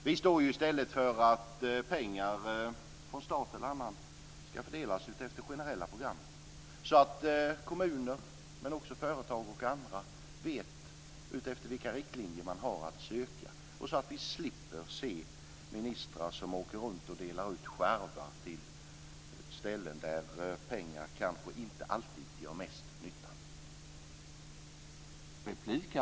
Vi står i stället för att pengar från bl.a. staten ska fördelas utifrån generella program, så att kommuner men också företag och andra vet vilka riktlinjer som gäller för att söka och så att vi slipper se ministrar som åker runt och delar ut skärvor till ställen där pengar kanske inte alltid gör mest nytta.